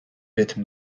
rytm